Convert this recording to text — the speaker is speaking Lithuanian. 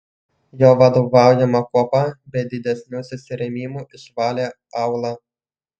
jo vadovaujama kuopa be didesnių susirėmimų išvalė aūlą